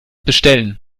bestellen